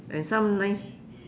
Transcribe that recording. and some nice